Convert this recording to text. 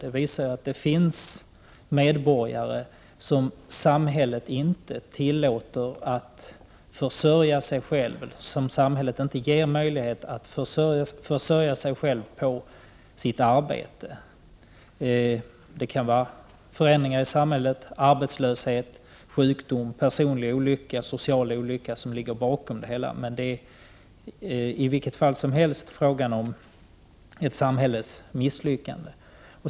Det visar att det finns medborgare som samhället inte ger möjlighet att försörja sig själva på sitt arbete. Det kan vara förändringar i samhället, arbetslöshet, sjukdom, personlig olycka eller social olycka som ligger bakom det hela, men det är i vilket fall som helst fråga om ett samhällets misslyckande.